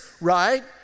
right